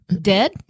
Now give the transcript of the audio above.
Dead